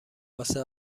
واسه